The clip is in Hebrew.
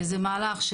זה מהלך,